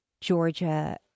Georgia